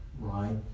right